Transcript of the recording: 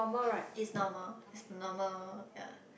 it's normal it's the normal ya